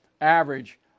average